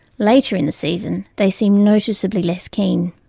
later in the season, they seem noticeably less keen.